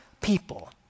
people